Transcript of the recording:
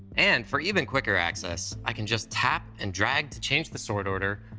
and for even quicker access, i can just tap and drag to change the sort order,